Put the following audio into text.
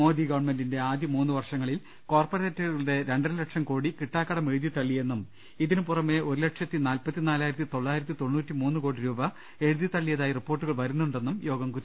മോദി ഗവൺമെന്റിന്റെ ആദ്യ മൂന്നുവർഷങ്ങളിൽ കോർപറേറ്റുകളുടെ രണ്ടര ലക്ഷം കോടി കിട്ടാക്കടം എഴുതിത്തള്ളിയെന്നും ഇതിനുപുറമെ ഒരു ലക്ഷത്തി നാല്പത്തി നാലായി രത്തി തൊള്ളായിരത്തി തൊണ്ണൂറ്റി മൂന്ന് കോടി രൂപ എഴുതി തള്ളിയതായി റിപ്പോർട്ടുകൾ വരുന്നുണ്ടെന്നും യോഗം കുറ്റപ്പെടുത്തി